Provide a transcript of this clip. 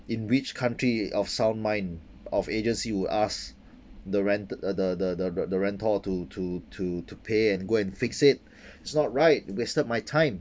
in which country of sound mind of agency would ask the rent the the the the the renter to to to to pay and go and fix it it's not right wasted my time